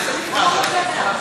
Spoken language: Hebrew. איך זה נקרא עכשיו?